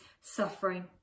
suffering